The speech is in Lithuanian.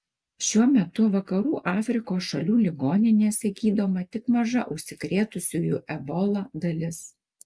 šiuo metu vakarų afrikos šalių ligoninėse gydoma tik maža užsikrėtusiųjų ebola dalis